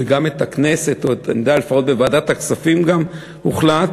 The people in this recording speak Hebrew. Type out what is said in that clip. וגם את הכנסת, לפחות בוועדת הכספים הוחלט